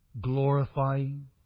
glorifying